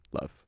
love